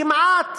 כמעט